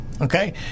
okay